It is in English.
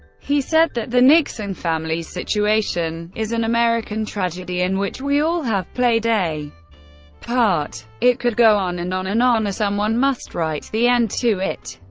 he said that the nixon family's situation is an american tragedy in which we all have played a part. it could go on and on and on, or someone must write the end to it.